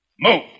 Move